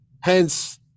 Hence